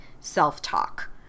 self-talk